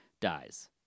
dies